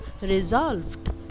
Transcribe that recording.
resolved